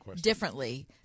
differently